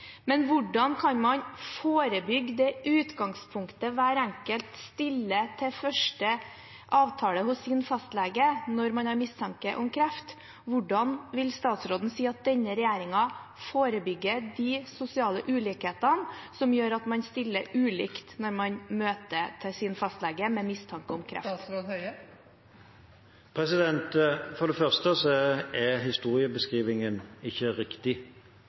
Men hvordan kan man forebygge det utgangspunktet hver enkelt stiller med til første avtale hos sin fastlege når man har mistanke om kreft? Hvordan vil statsråden si at denne regjeringen forebygger de sosiale ulikhetene som gjør at man stiller ulikt når man møter hos sin fastlege med mistanke om kreft? For det første er historiebeskrivingen ikke riktig.